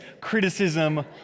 criticism